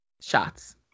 shots